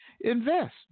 invest